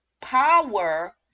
Power